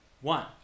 One